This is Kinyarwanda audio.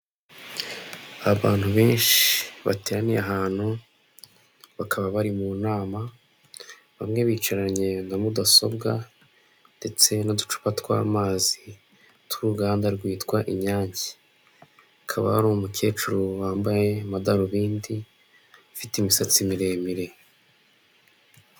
Abantu benshi bateraniye ahantu bakaba bari mu nama, bamwe bicaranye na mudasobwa, ndetse n'uducupa tw'amazi tw'uruganda rwitwa inyange, hakaba hari umukecuru wambaye amadarubindi afite imisatsi miremire.